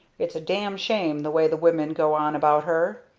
its a damn shame the way the women go on about her.